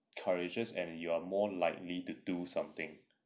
courages and you are more likely to do something